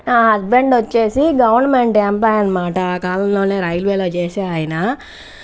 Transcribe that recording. husband వచ్చేసి government employee అనమాట ఆ కాలంలోనే రైల్వేలో చేసేవారాయన